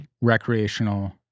recreational